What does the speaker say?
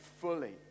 fully